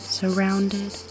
surrounded